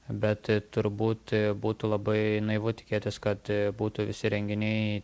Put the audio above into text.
bet turbūt būtų labai naivu tikėtis kad būtų visi renginiai